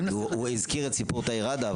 הוא הזכיר את סיפור תאיר ראדה,